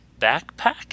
backpack